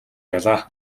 байлаа